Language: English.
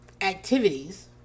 activities